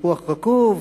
תפוח רקוב,